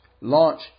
launch